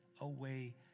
away